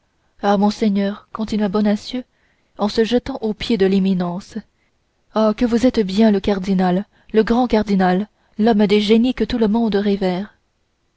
ah monseigneur continua bonacieux en se jetant aux pieds de l'éminence ah que vous êtes bien le cardinal le grand cardinal l'homme de génie que tout le monde